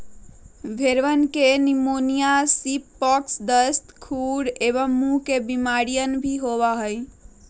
भेंड़वन के pneumonia, sheep pox, दस्त, खुर एवं मुँह के बेमारियन भी होबा हई